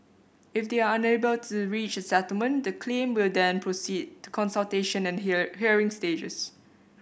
if they are unable to reach a settlement the claim will then proceed to consultation and hear hearing stages